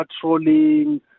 patrolling